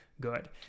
good